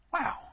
Wow